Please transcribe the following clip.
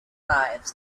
lives